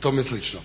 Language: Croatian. tome slično.